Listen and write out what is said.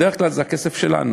בדרך כלל זה הכסף שלנו,